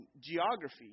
geography